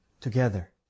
together